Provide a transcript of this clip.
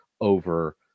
over